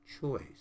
choice